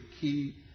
key